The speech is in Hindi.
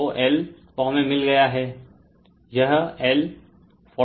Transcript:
तो L तो हमें मिल गया है रेफेर टाइम 0642